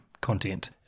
content